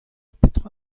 petra